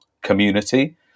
community